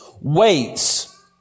waits